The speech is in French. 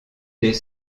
des